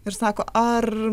ir sako ar